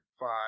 five